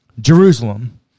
Jerusalem